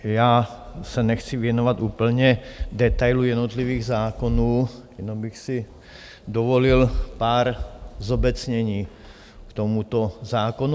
Já se nechci věnovat úplně detailům jednotlivých zákonů, jenom bych si dovolil pár zobecnění k tomuto zákonu.